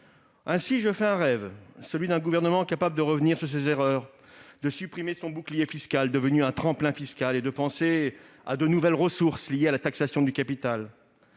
Ainsi, je fais un rêve : celui d'un gouvernement capable de revenir sur ses erreurs, de supprimer son bouclier fiscal, devenu un tremplin fiscal, et de penser à de nouvelles ressources liées à la taxation du capital